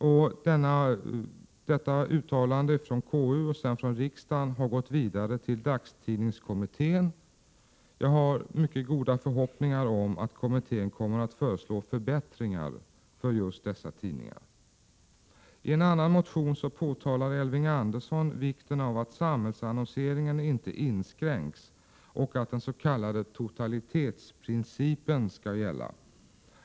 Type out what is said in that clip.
KU:s och riksdagens synpunkter har gått vidare till dagstidningskommittén, och jag har goda förhoppningar att kommittén kommer att föreslå förbättringar för dessa tidningar. I en annan motion påminner Elving Andersson om vikten av att samhällsannonseringen inte inskränks och att den s.k. totalitetsprincipen skall gälla.